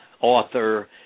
author